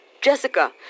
Jessica